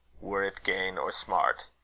were it gain or smart,